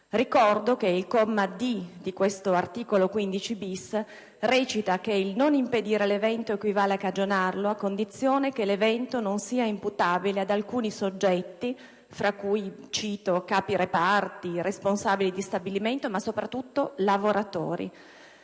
Ricordo che la lettera *d)* di questo articolo recita che il «non impedire l'evento equivale a cagionarlo» a condizione che «l'evento non sia imputabile» ad alcuni soggetti, fra cui - cito - capireparto, responsabili di stabilimento, ma soprattutto lavoratori.